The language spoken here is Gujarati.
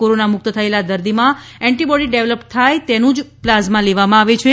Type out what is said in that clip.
કોરોનામુક્ત થયેલાં દર્દીમાં એન્ટીબોડી ડેવલપ થાય તેનું જ પ્લાઝમા લેવામાં આવે છે